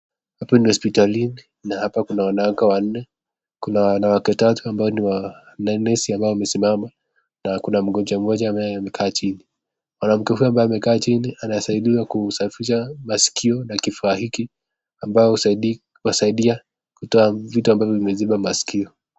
Hapa ni hospitalini na hapa kuna wanawake wanne kuna wanawake tatu ambao ni wanesi ambao wamesimama na kuna mgonjwa mmoja amabaye amekaa chini. Mtu huyu amabaye amekaa chini anasaidiwa kusafisha maskio na kifaa hiki ambayo husaidia kutoa vitu ambavyo vimeziba maskio.